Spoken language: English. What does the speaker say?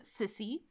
sissy